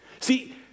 See